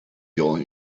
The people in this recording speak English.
your